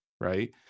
right